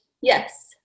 Yes